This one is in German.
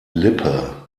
lippe